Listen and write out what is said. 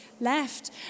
left